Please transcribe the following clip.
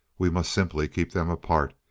we must simply keep them apart.